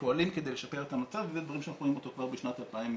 פועלים כדי לשפר את המצב ואלה דברים שאנחנו רואים כבר בשנת 2020,